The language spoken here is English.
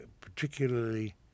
particularly